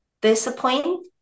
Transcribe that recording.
discipline